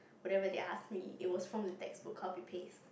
whatever they asked me it was from the textbook copy paste